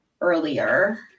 earlier